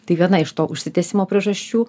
tai viena iš to užsitęsimo priežasčių